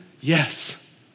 Yes